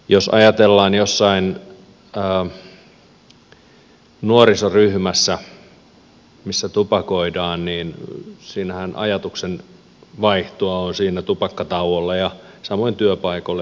jos ajatellaan jotain nuorisoryhmää missä tupakoidaan niin siinähän ajatuksenvaihtoa on siinä tupakkatauolla ja samoin työpaikoilla joka paikassa